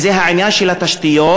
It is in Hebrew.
וזה העניין של התשתיות,